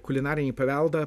kulinarinį paveldą